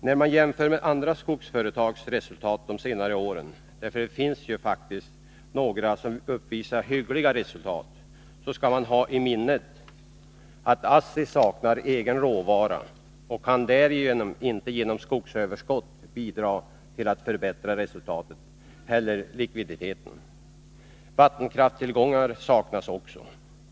När man jämför med andra skogsföretags resultat de senaste åren — det finns faktiskt några som uppvisat hyggliga resultat — skall man ha i minnet att ASSI saknar egen råvara och därigenom inte genom skogsöverskott kan bidra till att förbättra resultat eller likdviditet. Vattenkraftstillgångar saknas också.